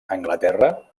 anglaterra